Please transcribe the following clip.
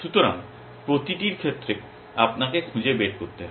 সুতরাং প্রতিটির ক্ষেত্রে আপনাকে খুঁজে বের করতে হবে